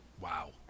Wow